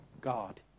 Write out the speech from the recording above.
God